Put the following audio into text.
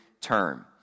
term